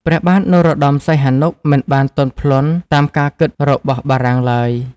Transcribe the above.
ព្រះបាទនរោត្ដម សីហនុ មិនបានទន់ភ្លន់តាមការគិតរបស់បារាំងឡើយ។